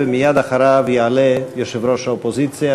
ומייד אחריו יעלה יושב-ראש האופוזיציה,